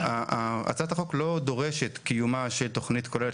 הצעת החוק לא דורשת קיומה של תכנית כוללת